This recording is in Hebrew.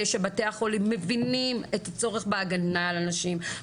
שבתי החולים מבינים את הצורך בהגנה על הנשים,